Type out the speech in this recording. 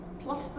plus